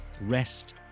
rest